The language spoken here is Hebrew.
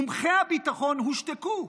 מומחי הביטחון הושתקו.